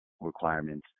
requirements